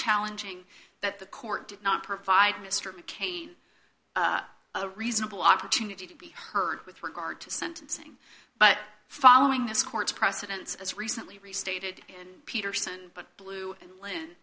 challenging that the court did not provide mr mckay a reasonable opportunity to be heard with regard to sentencing but following this court's precedents as recently restated and peterson but blue a